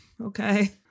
Okay